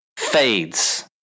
Fades